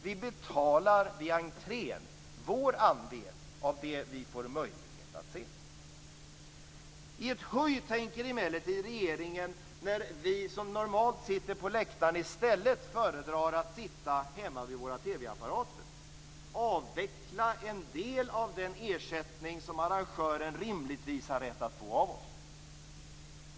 Vi betalar vid entrén vår andel av kostnaden för det vi får möjlighet att se. I ett huj tänker emellertid regeringen, när vi som normalt sitter på läktaren i stället föredrar att sitta hemma vid våra TV-apparater, avveckla en del av den ersättning som arrangören rimligtvis har rätt att få av oss.